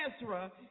Ezra